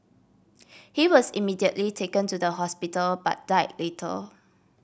he was immediately taken to the hospital but died later